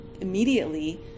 immediately